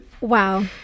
wow